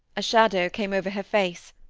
a shadow came over her face,